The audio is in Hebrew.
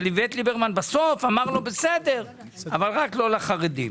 איווט ליברמן אמר לו בסוף: בסדר אבל רק לא לחרדים.